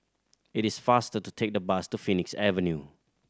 it is faster to take the bus to Phoenix Avenue